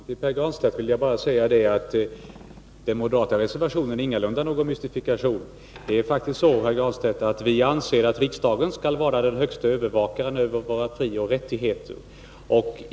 Herr talman! Till Pär Granstedt vill jag bara säga att den moderata reservationen ingalunda är någon mystifikation. Vi anser faktiskt, Pär Granstedt, att riksdagen skall vara den högste övervakaren över våra frioch rättigheter.